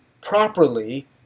properly